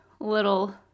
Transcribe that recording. little